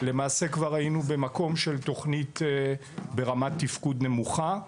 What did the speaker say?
למעשה כבר היינו במקום של תוכנית ברמת תפקוד נמוכה.